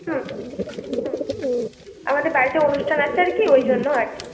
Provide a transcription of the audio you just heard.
হুম হুম আমাদের বাড়িতে অনুষ্ঠান আছে আর কি ওই জন্য আর কি